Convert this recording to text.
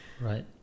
Right